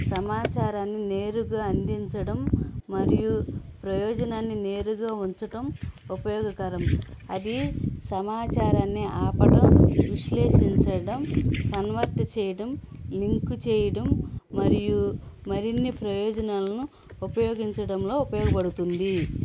సమాచారాన్ని నేరుగా అందించడం మరియు ప్రయోజనాన్ని నేరుగా ఉంచటం ఉపయోగకరం అది సమాచారాన్ని ఆపటం విశ్లేషించడం కన్వర్ట్ చేయటం లింకు చేయటం మరియు మరిన్ని ప్రయోజనాలను ఉపయోగించడంలో ఉపయోగపడుతుంది